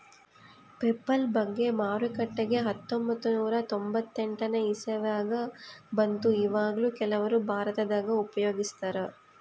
PayPal ಬಗ್ಗೆ ಮಾರುಕಟ್ಟೆಗ ಹತ್ತೊಂಭತ್ತು ನೂರ ತೊಂಬತ್ತೆಂಟನೇ ಇಸವಿಗ ಬಂತು ಈವಗ್ಲೂ ಕೆಲವರು ಭಾರತದಗ ಉಪಯೋಗಿಸ್ತರಾ